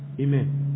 Amen